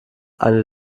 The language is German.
eine